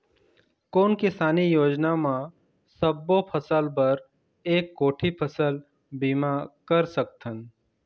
कोन किसानी योजना म सबों फ़सल बर एक कोठी फ़सल बीमा कर सकथन?